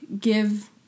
give